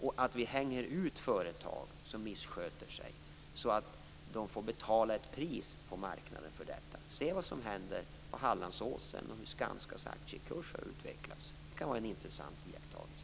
Vi skall hänga ut företag som missköter sig, så att de får betala ett pris på marknaden för detta. Se vad som händer på Hallandsåsen och hur Skanskas aktiekurs har utvecklats. Det kan vara en intressant iakttagelse.